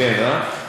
--- כן, אה?